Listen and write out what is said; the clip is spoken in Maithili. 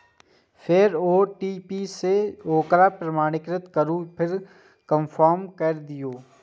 फेर ओ.टी.पी सं ओकरा प्रमाणीकृत करू आ कंफर्म कैर दियौ